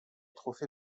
trophée